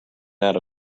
that